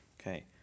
Okay